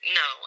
no